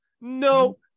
no